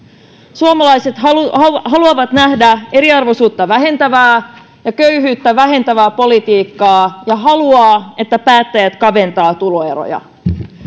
suomalaiset haluavat haluavat nähdä eriarvoisuutta vähentävää ja köyhyyttä vähentävää politiikkaa ja haluavat että päättäjät kaventavat tuloeroja